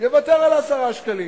יוותר על 10 שקלים.